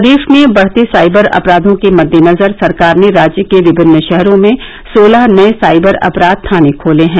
प्रदेश में बढ़ते साइबर अपराघों के मद्देनजर सरकार ने राज्य के विमिन्न शहरों में सोलह नए साइबर अपराध थाने खोले हैं